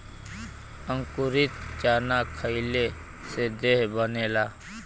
अंकुरित चना खईले से देह बनेला